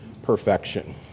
Perfection